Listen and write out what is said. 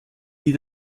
die